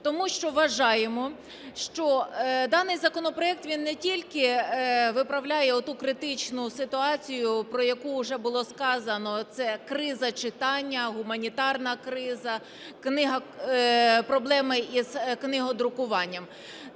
Тому що вважаємо, що даний законопроект, він не тільки виправляє оту критичну ситуацію, про яку уже було сказано, – це криза читання, гуманітарна криза, проблеми із книгодрукуванням,